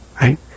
right